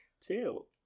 Two